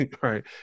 right